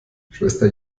schwester